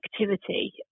activity